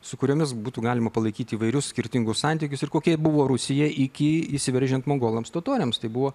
su kuriomis būtų galima palaikyti įvairius skirtingus santykius ir kokia buvo rusija iki įsiveržiant mongolams totoriams tai buvo